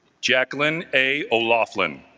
jaclyn a o'laughlin